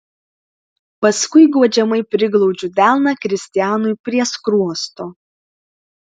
paskui guodžiamai priglaudžiu delną kristianui prie skruosto